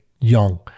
young